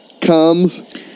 comes